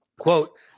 Quote